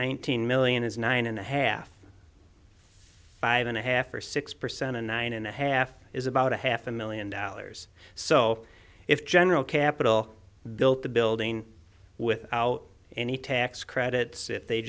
nineteen million is nine and a half five and a half or six percent a nine and a half is about a half a million dollars so if general capital built the building without any tax credits if they